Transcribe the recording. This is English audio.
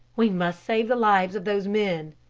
we must save the lives of those men,